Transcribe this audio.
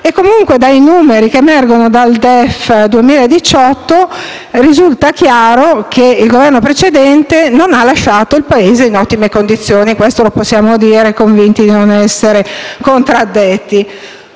affrontare. Dai numeri che emergono dal DEF 2018 risulta chiaro che il Governo precedente non ha lasciato il Paese in ottime condizioni. Questo lo possiamo dire convinti di non essere contraddetti.